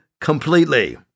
completely